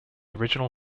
original